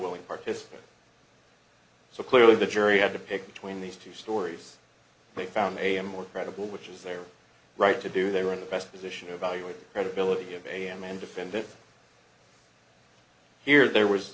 willing participant so clearly the jury had to pick between these two stories they found a more credible which is their right to do they were in the best position to evaluate credibility of am and defendant here there was